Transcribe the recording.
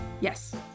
Yes